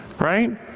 right